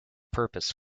purpose